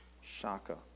shaka